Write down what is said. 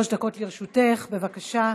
שלוש דקות לרשותך, בבקשה.